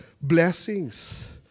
blessings